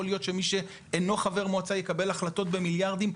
להיות שמי שאינו חבר מועצה יקבל החלטות במיליארדים,